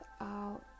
out